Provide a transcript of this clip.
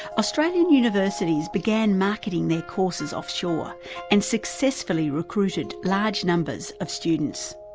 australian universities began marketing their courses offshore and successfully recruited large numbers of students.